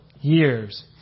years